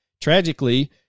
Tragically